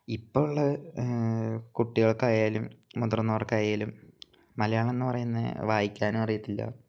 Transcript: ഇപ്പം ഉള്ള കുട്ടികൾക്ക് ആയാലും മുതിര്ന്നവര്ക്ക് ആയാലും മലയാളം എന്ന് പറയുന്നത് വായിക്കാനും അറിയത്തില്ല